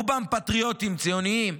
רובם פטריוטים ציוניים,